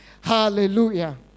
hallelujah